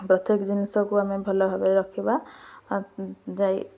ପ୍ରତ୍ୟେକ ଜିନିଷକୁ ଆମେ ଭଲ ଭାବରେ ରଖିବା ଯାଇ